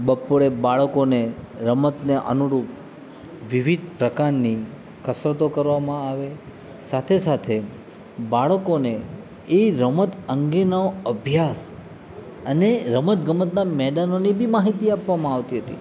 બપોરે બાળકોને રમતને અનુરૂપ વિવિધ પ્રકારની કસરતો કરવામાં આવે સાથે સાથે બાળકોને એ રમત અંગેનો અભ્યાસ અને રમતગમતના મેદાનોની બી માહિતી આપવામાં આવતી હતી